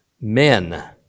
men